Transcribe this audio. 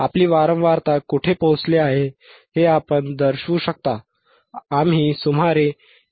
आपली वारंवारता कुठे पोहोचली आहे हे आपण दर्शवू शकता आम्ही सुमारे 1